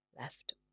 Left